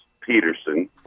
Peterson